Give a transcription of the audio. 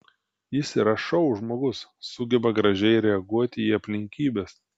jis yra šou žmogus sugeba gražiai reaguoti į aplinkybes